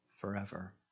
forever